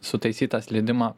sutaisyt tą slydimą